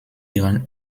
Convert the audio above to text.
ihren